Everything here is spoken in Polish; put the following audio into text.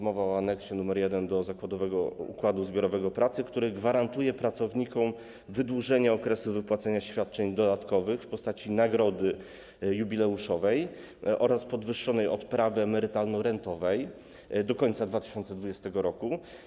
Mowa o aneksie nr 1 do zakładowego układu zbiorowego pracy, który gwarantuje pracownikom wydłużenie okresu wypłacania świadczeń dodatkowych w postaci nagrody jubileuszowej oraz podwyższonej odprawy emerytalno-rentowej do końca 2020 r.